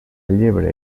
llebre